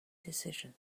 decisions